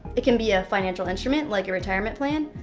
it can be a financial instrument like a retirement plan,